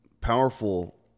powerful